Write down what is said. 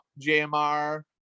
jmr